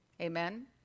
Amen